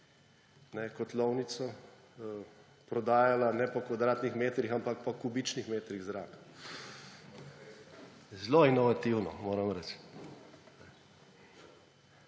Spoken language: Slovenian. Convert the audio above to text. kotlovnico prodajala ne po kvadratnih metrih, ampak po kubičnih metrih zraka. Zelo inovativno, moram reči.